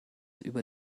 über